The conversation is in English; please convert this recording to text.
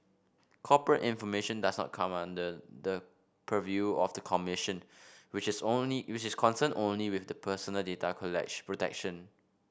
corporate information does not come under the purview of the commission which is only which is concerned only with personal data protection